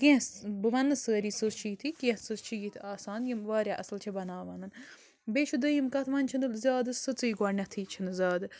کیٚنٛہہ بہٕ وَنہٕ سٲری سٕژ چھِ یَتھٕے کیٚنٛہہ سٕژ چھِ یِتھ آسان یِم وارِیاہ اَصٕل چھِ بَناوان بیٚیہِ چھُ دوٚیِم کَتھ وَنہِ چھِنہٕ زیادٕ سٕژٕے گۄڈنیتھٕے چھِنہٕ زیادٕ